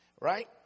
right